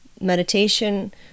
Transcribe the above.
meditation